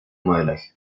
modelaje